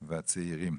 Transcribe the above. והצעירים.